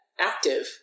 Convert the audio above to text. active